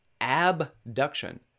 abduction